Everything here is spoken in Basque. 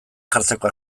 jartzeko